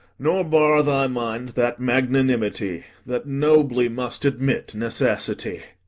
nor bar thy mind that magnanimity that nobly must admit necessity.